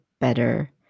better